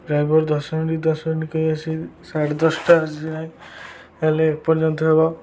driver ଦଶ minute ଦଶ minute କହି ଆସିି ସାଢ଼େ ଦଶଟା ଆସିଲାଣି ହେଲେ ଏପର୍ଯ୍ୟନ୍ତ ହେବ